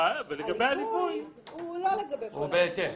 הליווי הוא לא לגבי כל הילדים,